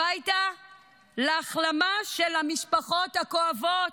הביתה להחלמה של המשפחות הכואבות,